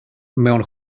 mewn